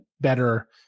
better